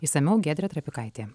išsamiau giedrė trapikaitė